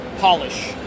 polish